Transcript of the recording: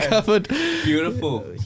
Beautiful